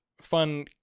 fun